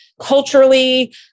Culturally